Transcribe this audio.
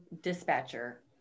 dispatcher